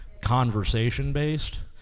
conversation-based